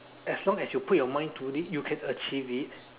as long you put your mind to it you can achieve it